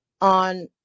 on